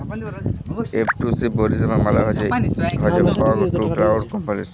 F two C পরিষেবা মালে হছ ফগ টু ক্লাউড কম্পিউটিং